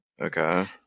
Okay